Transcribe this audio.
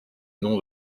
nom